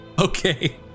Okay